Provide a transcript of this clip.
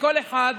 כל אחד